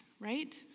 right